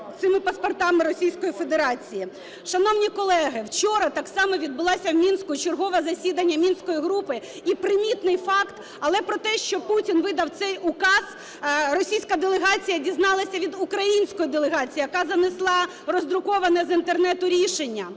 цими паспортами Російської Федерації. Шановні колеги, вчора так само відбулося в Мінську чергове засідання мінської групи, і примітний факт: але про те, що Путін видав цей указ, російська делегація дізналася від української делегації, яка занесла роздруковане з Інтернету рішення.